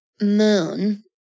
moon